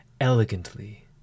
elegantly